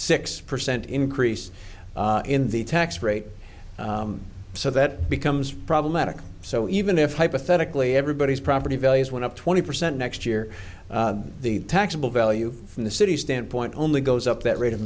six percent increase in the tax rate so that becomes problematic so even if hypothetically everybody's property values went up twenty percent next year the taxable value from the city standpoint only goes up that rate of